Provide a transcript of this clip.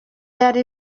yari